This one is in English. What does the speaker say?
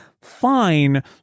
fine